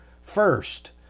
first